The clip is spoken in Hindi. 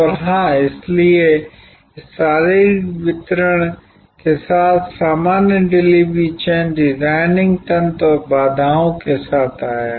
और हां इसलिए इस शारीरिक वितरण के साथ सामान्य डिलीवरी चेन डिजाइनिंग तंत्र और बाधाओं के साथ आया